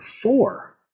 four